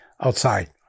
outside